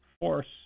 force